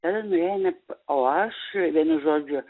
tada nuėjome o aš vienu žodžiu